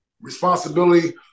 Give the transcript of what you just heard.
responsibility